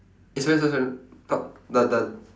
eh sorry sorry sorry thought the the